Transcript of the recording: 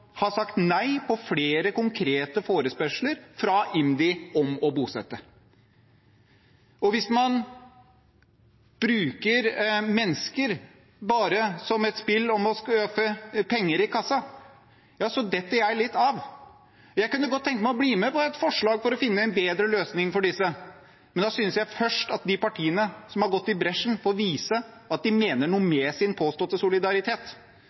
har svart nei på flere konkrete forespørsler fra IMDi om å bosette. Hvis man bruker mennesker bare som et spill for å skaffe penger i kassa, detter jeg litt av. Jeg kunne godt tenke meg å bli med på et forslag for å finne en bedre løsning for disse, men da synes jeg at de partiene som har gått i bresjen, først må vise at de mener noe med sin påståtte solidaritet.